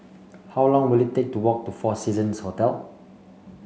how long will it take to walk to Four Seasons Hotel